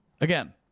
Again